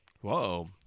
Whoa